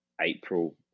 April